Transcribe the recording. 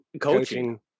coaching